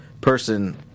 person